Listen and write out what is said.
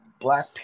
black